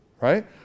Right